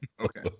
Okay